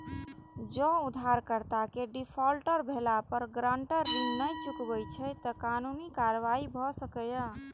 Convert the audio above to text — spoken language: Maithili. जौं उधारकर्ता के डिफॉल्टर भेला पर गारंटर ऋण नै चुकबै छै, ते कानूनी कार्रवाई भए सकैए